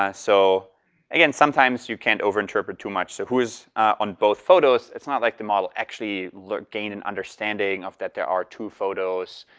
ah so again, sometimes, you can overinterpret too much. so who is on both photos? it's not like the model actually gained an understanding of that there are two photos.